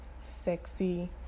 sexy